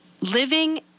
Living